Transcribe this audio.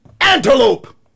Antelope